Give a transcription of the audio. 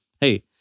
Hey